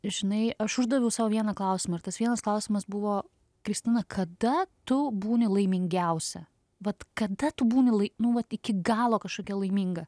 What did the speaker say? ir žinai aš uždaviau sau vieną klausimą ir tas vienas klausimas buvo kristina kada tu būni laimingiausia vat kada tu būni lai nu vat iki galo kažkokia laiminga